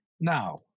now